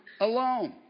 alone